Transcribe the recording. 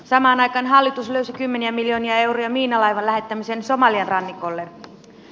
samaan aikaan hallitus löysi kymmeniä miljoonia euroja miinalaivan lähettämiseen somalian rannikolle